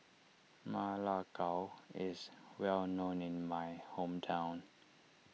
Ma Lai Gao is well known in my hometown